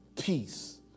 Peace